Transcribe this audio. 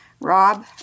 Rob